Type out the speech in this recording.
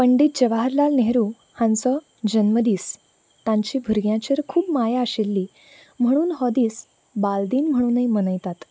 पंडीत जवाहरलाल नेहरू हांचो जल्म दीस तांची भुरग्यांचेर खूब माया आशिल्ली म्हणून हो दीस बाल दिन म्हणनूय मनयतात